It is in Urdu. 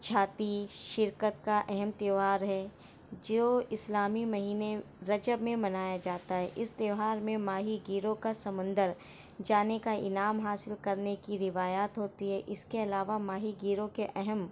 چھاتی شرکت کا اہم تہوار ہے جو اسلامی مہینے رجب میں منایا جاتا ہے اس تہوار میں ماہی گیروں کا سمندر جانے کا انعام حاصل کرنے کی روایات ہوتی ہے اس کے علاوہ ماہی گیروں کے اہم